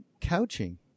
couching